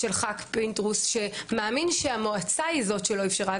של חבר הכנסת פינדרוס שמאמין שהמועצה היא זאת שלא אפשרה,